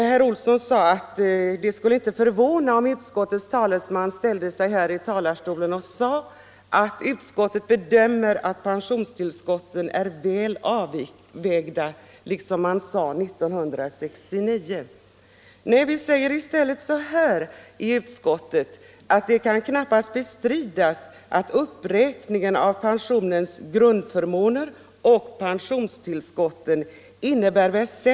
Herr Olsson sade att det inte skulle förvåna om utskottets talesman ställde sig här i talarstolen och sade, att utskottet bedömer att pensionstillskotten är väl avvägda, liksom man sade 1969. Nej, utskottet anför att det knappast kan bestridas att uppräkningen av pensionens grundförmåner och pen nomiska situation.